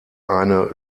eine